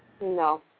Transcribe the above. No